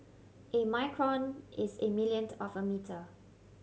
a micron is a millionth of a metre